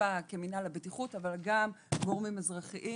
אכיפה כמו מינהל הבטיחות, אבל גם גורמים אזרחיים.